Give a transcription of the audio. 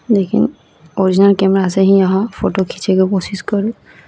लेकिन ओरिजिनल कैमरासे ही अहाँ फोटो खिचैके कोशिश करू